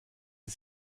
die